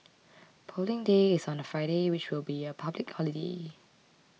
Polling Day is on a Friday which will be a public holiday